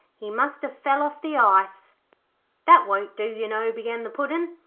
he must have fell off the ice that won't do, you know began the puddin',